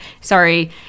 sorry